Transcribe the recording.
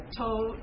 told